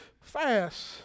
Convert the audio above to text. fast